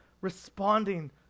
responding